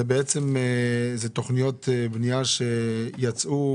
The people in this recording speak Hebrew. זה בעצם תוכניות בנייה שיצאו?